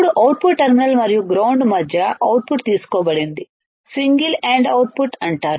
ఇప్పుడు output terminal మరియు ground మధ్య అవుట్పుట్ తీసుకోబడింది సింగిల్ ఎండ్ అవుట్పుట్ అంటారు